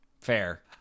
fair